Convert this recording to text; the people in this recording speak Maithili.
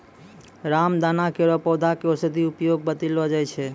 रामदाना केरो पौधा क औषधीय उपयोग बतैलो जाय छै